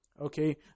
okay